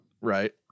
Right